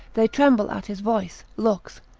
they tremble at his voice, looks,